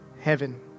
heaven